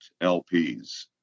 LPs